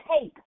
take